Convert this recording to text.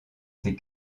ses